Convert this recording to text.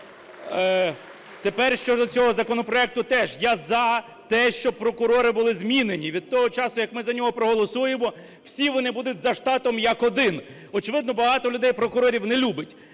Тепер щодо цього законопроекту, я за те, щоб прокурори були змінені. Від того часу, як ми за нього проголосуємо всі вони будуть за штатом, як один, очевидно багато людей прокурорів не любить.